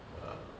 ah